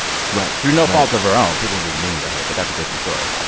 right. through no fault of her own people are just mean to her. but that's a different story